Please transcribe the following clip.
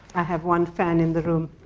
i have one fan in the room.